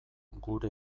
gure